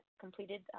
completed